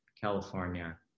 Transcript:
California